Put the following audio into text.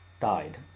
died